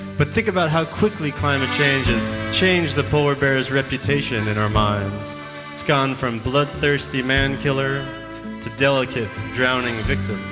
but think about how quickly climate change has changed the polar bear's reputation in our minds. it has gone from bloodthirsty man-killer to delicate drowning victim.